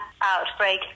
outbreak